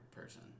person